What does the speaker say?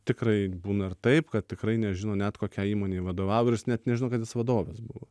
tikrai būna ir taip kad tikrai nežino net kokiai įmonei vadovavo jis net nežino kad jis vadovas buvo